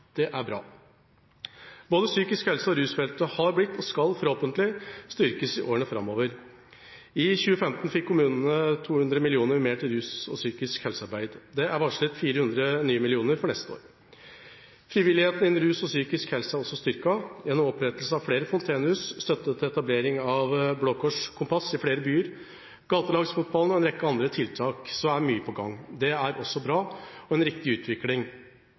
Det er bra. Både psykisk helse- og rusfeltet har blitt, og skal forhåpentligvis bli, styrket i årene framover. I 2015 fikk kommunene 200 mill. kr mer til rus- og psykisk helse-arbeid. Det er varslet 400 nye millioner for neste år. Frivilligheten innen rus og psykisk helse er også styrket. Gjennom opprettelsen av flere fontenehus, støtte til etablering av Blå Kors’Kompasset i flere byer, gatelagsfotballen og en rekke andre tiltak er mye på gang. Det er også bra og en riktig utvikling,